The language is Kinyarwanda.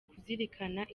kuzirikana